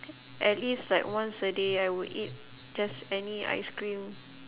at least like once a day I would eat just any ice cream